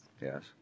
Yes